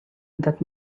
that